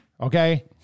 okay